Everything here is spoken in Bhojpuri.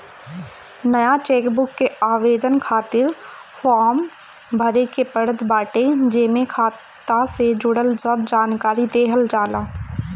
नया चेकबुक के आवेदन खातिर फार्म भरे के पड़त बाटे जेमे खाता से जुड़ल सब जानकरी देहल जाला